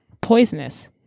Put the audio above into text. poisonous